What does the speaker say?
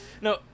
No